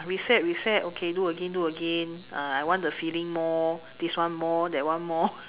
reset reset okay do again do again ah I want the feeling this one more that one more